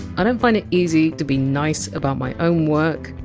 and find it easy to be nice about my own work,